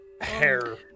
Hair